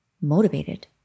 motivated